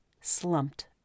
slumped